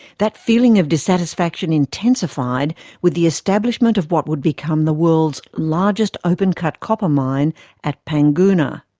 that feeling of dissatisfaction intensified with the establishment of what would become the world's largest open cut copper mine at panguna.